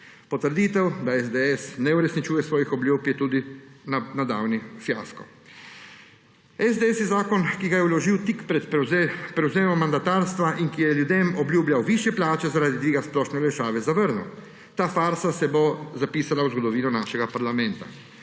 Potrditev, da SDS ne uresničuje svojih obljub, je tudi nedavni fiasko. SDS je zakon, ki je vložil tik pred prevzemom mandatarstva in ki je ljudem obljubljal višje plače zaradi dviga splošne olajšave, zavrnil. Ta farsa se bo zapisala v zgodovino našega parlamenta.